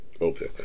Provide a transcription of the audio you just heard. Okay